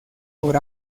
por